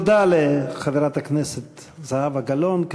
תודה לחברת הכנסת זהבה גלאון,